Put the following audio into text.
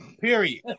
Period